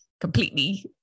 completely